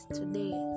today